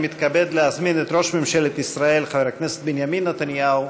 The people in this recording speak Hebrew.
אני מתכבד להזמין את ראש ממשלת ישראל חבר הכנסת בנימין נתניהו